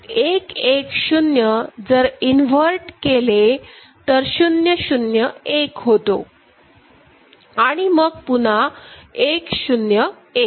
म्हणजे1 1 0 जर इन्व्हर्टर केले तर 0 0 1 होतो आणि मग पुन्हा 1 0 1